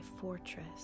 fortress